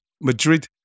Madrid